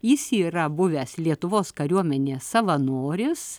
jis yra buvęs lietuvos kariuomenės savanoris